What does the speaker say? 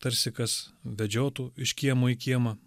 tarsi kas vedžiotų iš kiemo į kiemą